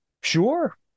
sure